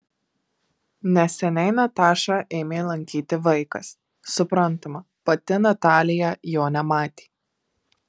neseniai natašą ėmė lankyti vaikas suprantama pati natalija jo nematė